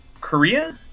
Korea